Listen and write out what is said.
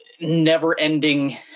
never-ending